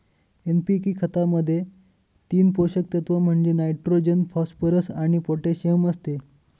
NPK खतामध्ये तीन पोषक तत्व म्हणजे नायट्रोजन, फॉस्फरस आणि पोटॅशियम असते